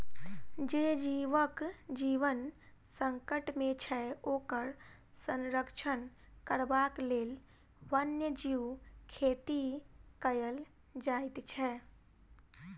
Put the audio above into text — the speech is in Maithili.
जे जीवक जीवन संकट मे छै, ओकर संरक्षण करबाक लेल वन्य जीव खेती कयल जाइत छै